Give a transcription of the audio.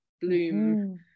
bloom